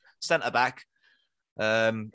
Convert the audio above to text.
centre-back